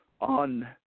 on